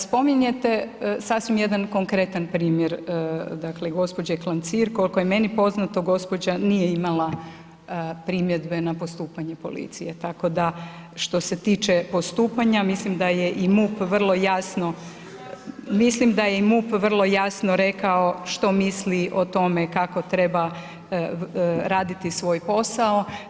Spominjete sasvim jedan konkretan primjer dakle gospođe Klancir, koliko je meni poznato, gospođa nije imala primjedbe na postupanje policije, tako da što se tiče postupanja mislim da je i MUP vrlo jasno, …... [[Upadica se ne čuje.]] mislim da je i MUP vrlo jasno rekao što misli o tome kako treba raditi svoj posao.